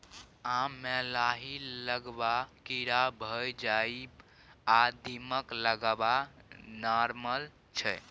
आम मे लाही लागब, कीरा भए जाएब आ दीमक लागब नार्मल छै